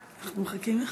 אנחנו מחכים לך.